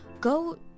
go